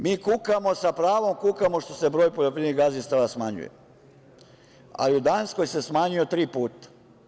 Mi kukamo, sa pravom kukamo što se broj poljoprivrednih gazdinstava smanjuje, ali u Danskoj se smanjio tri puta.